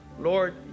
lord